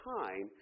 time